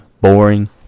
Boring